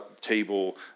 table